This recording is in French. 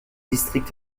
districts